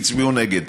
הצביעו נגד.